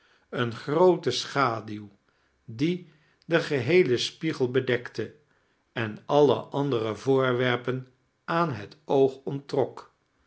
eene groote schaduw die den geheelen spiegel bedekte en alle andere voorwerpen aan het oog onttrok